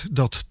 dat